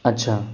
अच्छा